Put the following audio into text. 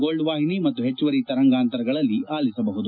gold ವಾಹಿನಿ ಮತ್ತು ಹೆಚ್ಚುವರಿ ತರಂಗಾಂತರಗಳಲ್ಲಿ ಆಲಿಸಬಹುದು